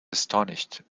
astonished